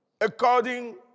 according